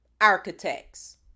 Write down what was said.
architects